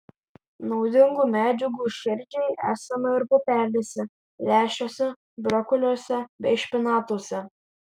naudingų medžiagų širdžiai esama ir pupelėse lęšiuose brokoliuose bei špinatuose